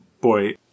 boy